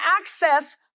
access